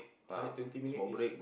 hundred twenty minute is